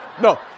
No